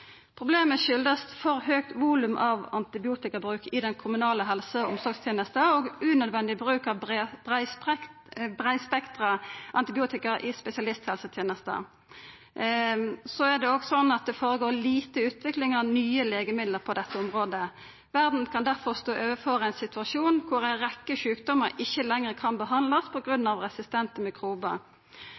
Problemet kjem av eit for høgt volum av antibiotikabruk i den kommunale helse- og omsorgstenesta og unødvendig bruk av breispektra antibiotika i spesialisthelsetenesta. Det føregår lite utvikling av nye legemiddel på dette området. Verda kan derfor stå overfor ein situasjon der ei rekkje sjukdommar ikkje lenger kan behandlast på grunn av resistente